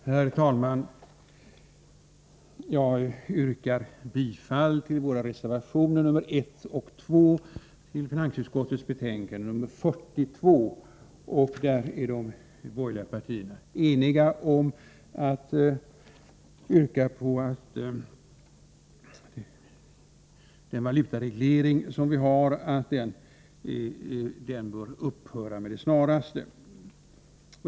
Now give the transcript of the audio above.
Herr talman! Jag yrkar bifall till våra reservationer 1 och 2 i finansutskottets betänkande nr 42. De borgerliga partierna är där eniga om att yrka att den valutareglering som vi har skall upphöra med det snaraste.